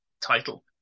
title